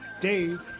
Dave